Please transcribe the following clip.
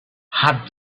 had